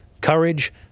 courage